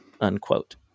unquote